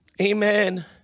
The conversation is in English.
Amen